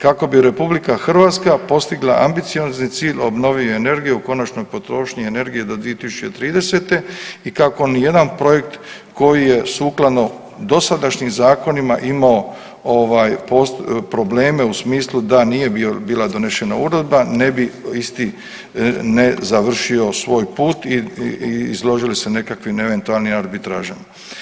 Kako bi RH postigla ambiciozni cilj obnovljive energije u konačnoj potrošnji energije do 2030. i kako nijedan projekt koji je sukladno dosadašnjim zakonima imao probleme u smislu da nije bila donešena uredba ne bi isti ne završio svoj put i izložili se nekakvim eventualnim arbitražama.